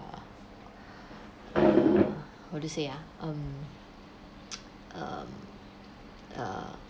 what to say ah um um uh